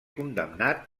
condemnat